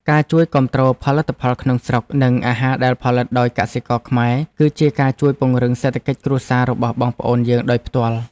ការជួយគាំទ្រផលិតផលក្នុងស្រុក និងអាហារដែលផលិតដោយកសិករខ្មែរ គឺជាការជួយពង្រឹងសេដ្ឋកិច្ចគ្រួសាររបស់បងប្អូនយើងដោយផ្ទាល់។